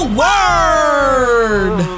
word